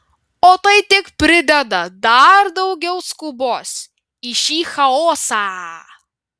o tai tik prideda dar daugiau skubos į šį chaosą